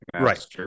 Right